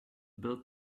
build